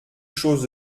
chose